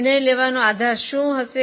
નિર્ણય લેવાનો આધાર શું હશે